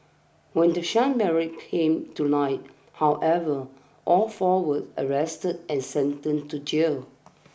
when the sham marriage came to light however all four were arrested and sentenced to jail